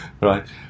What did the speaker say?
right